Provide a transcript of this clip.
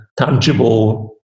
tangible